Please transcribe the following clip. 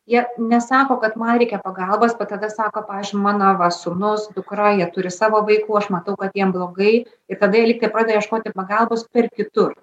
jie nesako kad man reikia pagalbos tada sako pavyzdžiui mano va sūnus dukra jie turi savo vaikų aš matau kad jiem blogai ir tada jie lygtai pradeda ieškoti pagalbos per kitur